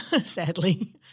sadly